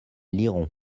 liront